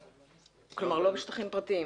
כלומר, לא בשטחים פרטיים.